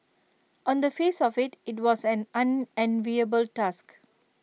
on the face of IT it was an unenviable task